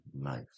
life